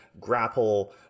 grapple